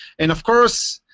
and of course,